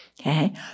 Okay